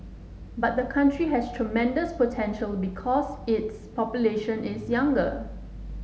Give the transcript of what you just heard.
but the country has tremendous potential because its population is younger